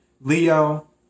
Leo